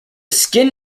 skin